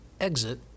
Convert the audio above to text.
exit